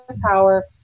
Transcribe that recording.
power